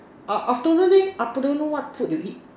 aft~ afternoon leh afternoon what food you eat